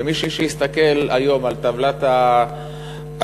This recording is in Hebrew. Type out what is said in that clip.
ומי שיסתכל היום על טבלת ההיי-טקיסטים,